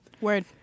Word